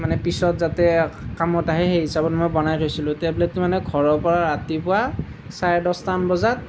মানে পিছত যাতে কামত আহে সেই হিচাপত মই বনাই থৈছিলোঁ টেবলেটটো মানে ঘৰৰ পৰা ৰাতিপুৱা চাৰে দহটামান বজাত